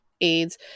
AIDS